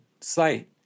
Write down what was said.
site